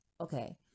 okay